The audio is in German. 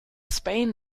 spain